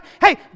Hey